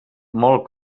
molt